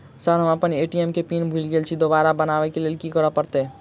Sir हम अप्पन ATM केँ पिन भूल गेल छी दोबारा बनाब लैल की करऽ परतै?